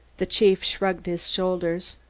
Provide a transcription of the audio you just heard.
the chief shrugged his shoulders.